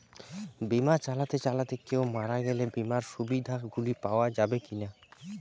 বিমা চালাতে চালাতে কেও মারা গেলে বিমার সুবিধা গুলি পাওয়া যাবে কি না?